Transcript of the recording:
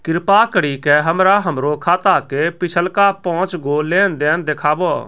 कृपा करि के हमरा हमरो खाता के पिछलका पांच गो लेन देन देखाबो